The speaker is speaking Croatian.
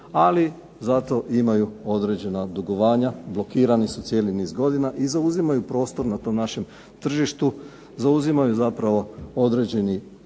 ali zato imaju određena dugovanja, blokirani su cijeli niz godina i zauzimaju prostor na tom našem tržištu, zauzimaju zapravo određeni